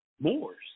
moors